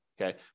Okay